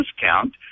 discount